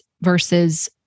versus